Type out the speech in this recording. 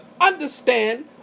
understand